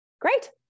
great